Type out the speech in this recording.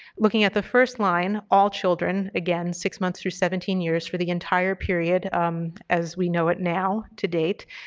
looking at the first line, all children, again six months through seventeen years for the entire period as we know it now to date,